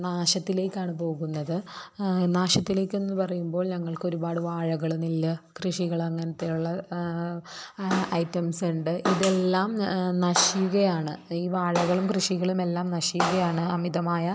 നാശത്തിലേക്കാണ് പോകുന്നത് നാശത്തിലേക്കെന്ന് പറയുമ്പോൾ ഞങ്ങൾക്കൊരുപാട് വാഴകളും നെല്ല് കൃഷികൾ അങ്ങനത്തെ ഉള്ളത് ഐറ്റംസ് ഉണ്ട് ഇതെല്ലാം നശിക്കുകയാണ് ഈ വാഴകളും കൃഷികളുമെല്ലാം നശിക്കുകയാണ് അമിതമായ